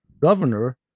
Governor